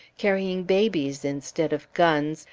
carrying babies instead of guns,